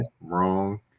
wrong